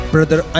Brother